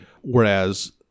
whereas